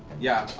yeah,